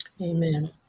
Amen